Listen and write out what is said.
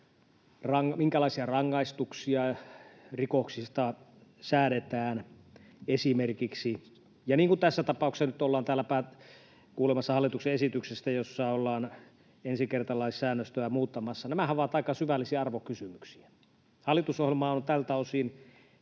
minkälaisia rangaistuksia rikoksista säädetään, niin kuin tässä tapauksessa nyt ollaan täällä kuulemassa hallituksen esityksestä, jossa ollaan ensikertalaissäännöstöä muuttamassa. Nämähän ovat aika syvällisiä arvokysymyksiä. Hallitusohjelmaan on tältä osin